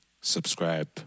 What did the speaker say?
subscribe